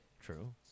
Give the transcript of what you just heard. True